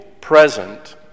present